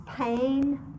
pain